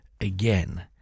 again